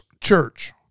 church